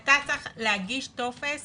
אתה צריך להגיש טופס